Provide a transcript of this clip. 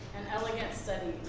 elegant study.